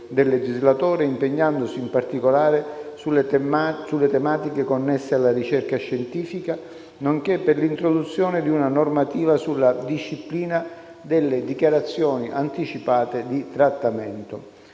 del legislatore, impegnandosi in particolare sulle tematiche connesse alla ricerca scientifica, nonché per l'introduzione di una normativa sulla disciplina delle dichiarazioni anticipate di trattamento.